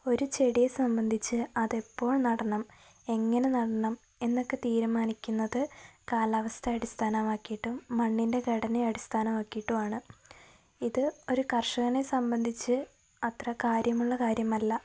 ഒരു ചെടിയെ സംബന്ധിച്ച് അത് എപ്പോൾ നടണം എങ്ങനെ നടണമെന്നൊക്കെ തീരുമാനിക്കുന്നത് കാലാവസ്ഥ അടിസ്ഥാനമാക്കിയിട്ടും മണ്ണിൻ്റെ ഘടന അടിസ്ഥാനമാക്കിയിട്ടുമാണ് ഇത് ഒരു കർഷകനെ സംബന്ധിച്ച് അത്ര കാര്യമുള്ള കാര്യമല്ല